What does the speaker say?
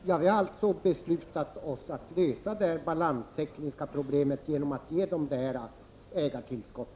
Herr talman! Vi har beslutat oss för att lösa det balanstekniska problemet genom att ge företaget detta ägartillskott.